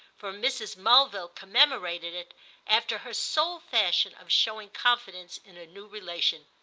for mrs. mulville commemorated it after her sole fashion of showing confidence in a new relation.